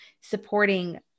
supporting